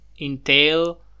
entail